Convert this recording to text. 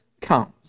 comes